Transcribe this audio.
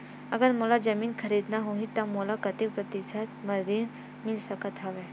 अगर मोला जमीन खरीदना होही त मोला कतेक प्रतिशत म ऋण मिल सकत हवय?